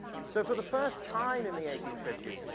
so for the first time in the eighteen fifty s,